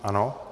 Ano.